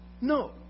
No